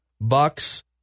Bucks